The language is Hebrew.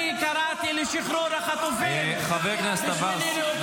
אני קראתי לשחרור החטופים ב-8 באוקטובר ----- חבר הכנסת עבאס,